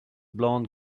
blonde